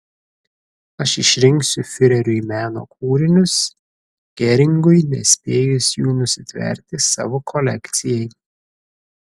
aš išrinksiu fiureriui meno kūrinius geringui nespėjus jų nusitverti savo kolekcijai